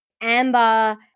Amber